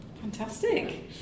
Fantastic